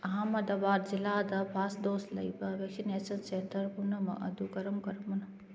ꯑꯥꯍꯥꯃꯗꯕꯥꯠ ꯖꯤꯂꯥꯗ first dose ꯂꯩꯕ vaccination centre ꯄꯨꯝꯅꯃꯛ ꯑꯗꯨ ꯀꯔꯝ ꯀꯔꯝꯕꯅꯣ